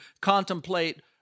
contemplate